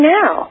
now